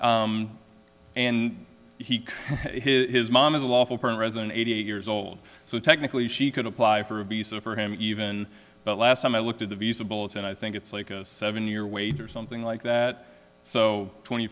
other and he his mom is a lawful parent resident eighty eight years old so technically she could apply for a visa for him even but last time i looked at the visa bulletin i think it's like a seven year wait or something like that so twenty